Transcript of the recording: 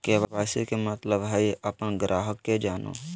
KYC के मतलब हइ अपन ग्राहक के जानो